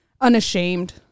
unashamed